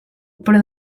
però